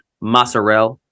mozzarella